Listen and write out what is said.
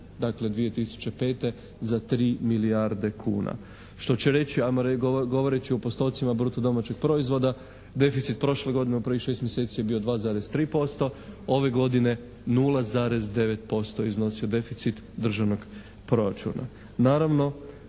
dakle 2005. za 3 milijarde kuna što će reći, ajmo govoreći u postocima bruto domaćeg proizvoda deficit prošle godine u prvih šest mjeseci je bio 2,3%, ove godine 0,9% iznosio deficit državnog proračuna.